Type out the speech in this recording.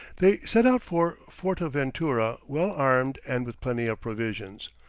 they set out for fortaventura well armed and with plenty of provisions.